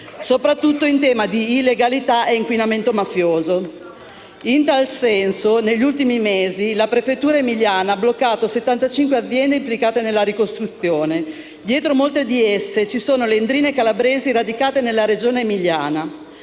soprattutto in tema di illegalità e inquinamento mafioso. In tal senso, negli ultimi mesi la prefettura emiliana ha bloccato 75 aziende implicate alla ricostruzione. Dietro molte di esse ci sono le 'ndrine calabresi radicate nella Regione emiliana.